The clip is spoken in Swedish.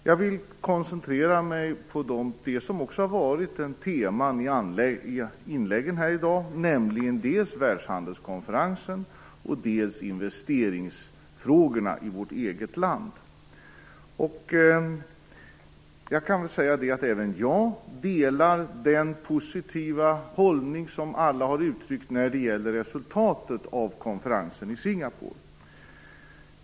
Jag vill koncentrera mig på det som också har varit teman i inläggen här i dag, nämligen dels världshandelskonferensen, dels investeringsfrågorna i vårt eget land. Även jag delar den positiva hållning som alla har uttryckt när det gäller resultatet av konferensen i Singapore.